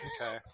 okay